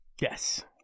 Yes